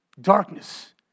Darkness